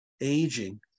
aging